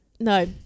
no